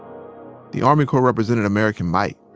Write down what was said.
the army corps represented american might.